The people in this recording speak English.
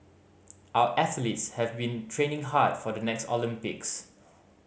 our athletes have been training hard for the next Olympics